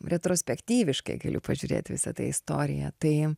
retrospektyviškai galiu pažiūrėt į visą tą istoriją tai